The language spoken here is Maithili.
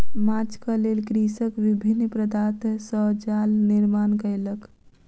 माँछक लेल कृषक विभिन्न पदार्थ सॅ जाल निर्माण कयलक